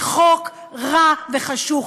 חוק רע וחשוך.